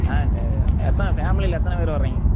ஆ சரி எப்போ ஃபேமிலியில் எத்தனை பேர் வர்றீங்க